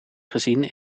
gezien